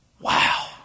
wow